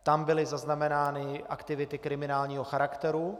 Tam byly zaznamenány aktivity kriminálního charakteru.